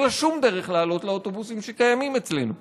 אין לה שום דרך לעלות לאוטובוסים שקיימים אצלנו.